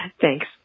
thanks